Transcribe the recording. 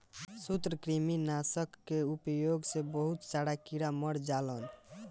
सूत्रकृमि नाशक कअ उपयोग से बहुत सारा कीड़ा मर जालन